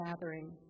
gathering